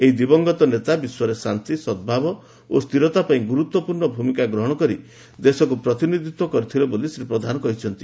ଏହି ଦିବଂଗତ ନେତା ବିଶ୍ୱରେ ଶାନ୍ତି ସଦଭାବ ଓ ସ୍ଥିରତା ପାଇଁ ଗୁରୁତ୍ୱପୂର୍ଣ୍ଣ ଭୂମିକା ଗ୍ରହଣ କରି ଦେଶକୁ ପ୍ରତିନିଧିତ୍ୱ କରିଥିଲେ ବୋଲି ଶ୍ରୀ ପ୍ରଧାନ କହିଛଡି